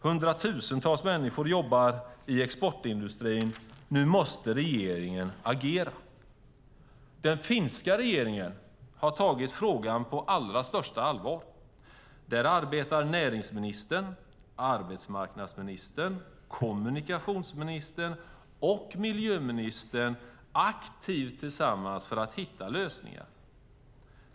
Hundratusentals människor jobbar i exportindustrin. Nu måste regeringen agera. Den finska regeringen har tagit frågan på allra största allvar. Där arbetar näringsministern, arbetsmarknadsministern, kommunikationsministern och miljöministern aktivt tillsammans för att hitta lösningar.